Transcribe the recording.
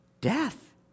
death